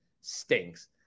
stinks